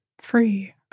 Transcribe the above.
free